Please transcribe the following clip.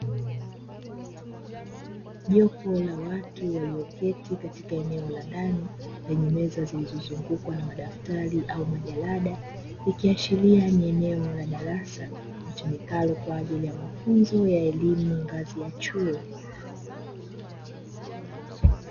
Jopo la watu walioketi katika eneo la ndani lenye meza zilizozungukwa na madaftari au majalada ikiashiria ni eneo la darasa litumikalo kwa ajili ya mafunzo ya elimu ngazi ya chuo.